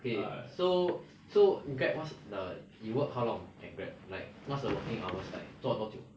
okay so so grab what's the you work how long at grab like what's the working hours like 做多久